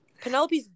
Penelope's